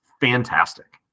fantastic